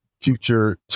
future